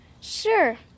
Sure